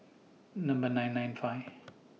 Number nine nine five